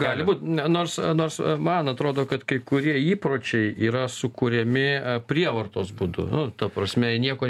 gali būt ne nors nors man atrodo kad kai kurie įpročiai yra sukuriami prievartos būdu nu ta prasme nieko